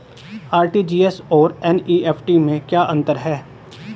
RTGS और NEFT में क्या अंतर है?